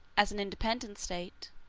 as an independent state,